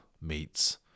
meets